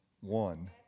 one